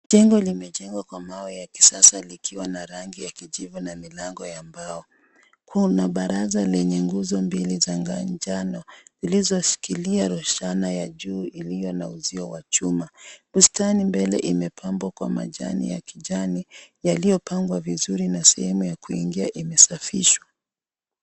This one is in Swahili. Jengo limejengwa Kwa mawe ya kisasa likiwa na rangi ya kijivu na mlango ya mbao. Kuna barasa lenye nguzo mbili za njano iliyoshikilia ya juu ulilo na uzio wa chuma. Bustani mbele imepampwa Kwa majani ya kijani yaliyopangwa vizuri na sehemu ya kuingia imesafishwa.